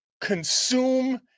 consume